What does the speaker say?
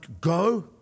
go